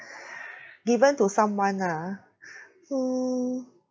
given to someone ah mm